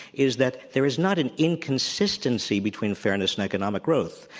is that there is not an inconsistency between fairness and economic growth.